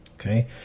Okay